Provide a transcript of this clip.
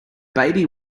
baby